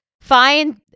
find